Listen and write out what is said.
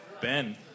Ben